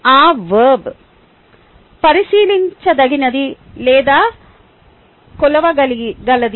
ఆ వర్బ్ పరిశీలించదగినది లేదా కొలవగలది